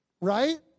right